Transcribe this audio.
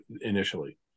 initially